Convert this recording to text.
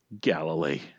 Galilee